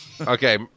Okay